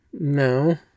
No